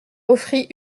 offrit